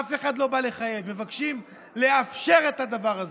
אף אחד לא בא לחייב, מבקשים לאפשר את הדבר הזה.